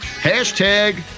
Hashtag